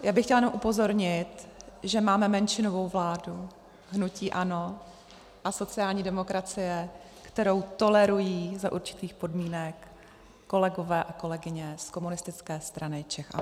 Já bych chtěla jenom upozornit, že máme menšinovou vládu hnutí ANO a sociální demokracie, kterou tolerují za určitých podmínek kolegové a kolegyně z Komunistické strany Čech a Moravy.